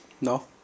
No